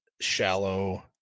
Shallow